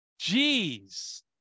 jeez